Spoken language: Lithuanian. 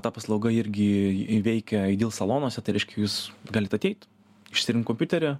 ta paslauga irgi į veikia aidyl salonuose tai reiškias jūs galit ateit išsirinkt kompiuterį